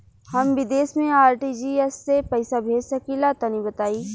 हम विदेस मे आर.टी.जी.एस से पईसा भेज सकिला तनि बताई?